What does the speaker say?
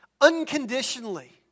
unconditionally